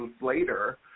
later –